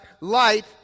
light